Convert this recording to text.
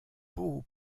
beau